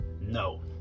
no